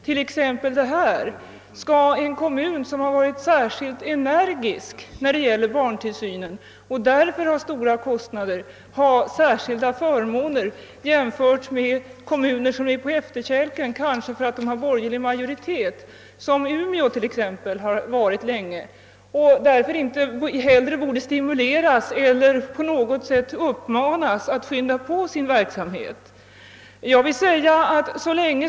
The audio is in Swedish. Skall en kommun, som har varit särskilt energisk i fråga om barntillsynen och därför har stora kostnader för ändamålet, erhålla speciella förmåner framför kommuner som ligger på efterkälken — kanske därför att det i dessa kommuner finns en borgerlig majoritet, som exempelvis fallet länge har varit i Umeå? Borde inte hellre dessa kommuner stimuleras eller på något sätt uppmanas att skynda på sin verksamhet i detta avseende?